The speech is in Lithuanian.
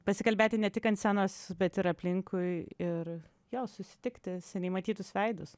pasikalbėti ne tik ant scenos bet ir aplinkui ir jo susitikti seniai matytus veidus